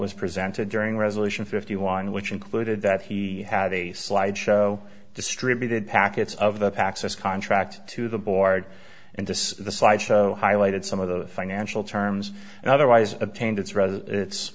was presented during resolution fifty one which included that he had a slide show distributed packets of the packs as contract to the board and this is the slide show highlighted some of the financial terms and otherwise obtained it's rather it's